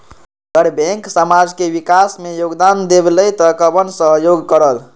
अगर बैंक समाज के विकास मे योगदान देबले त कबन सहयोग करल?